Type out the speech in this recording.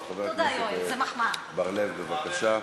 אז חבר הכנסת בר-לב, בבקשה.